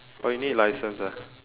oh you need license ah